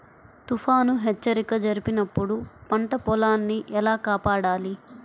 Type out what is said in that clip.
తుఫాను హెచ్చరిక జరిపినప్పుడు పంట పొలాన్ని ఎలా కాపాడాలి?